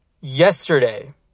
yesterday